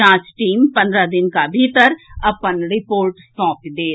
जांच टीम पन्द्रह दिनुका भीतर अपन रिपोर्ट सौंपि देत